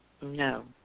No